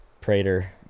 Prater